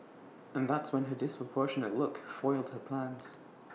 and that's when her disproportionate look foiled her plans